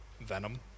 Venom